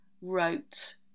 wrote